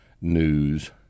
news